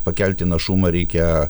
pakelti našumą reikia